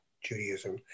Judaism